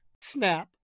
snap